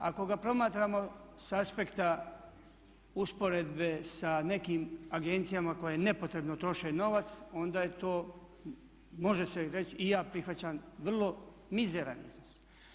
Ako ga promatramo sa aspekta usporedbe sa nekim agencijama koje nepotrebno troše novac onda je to, može se reći i ja prihvaćam vrlo mizeran iznos.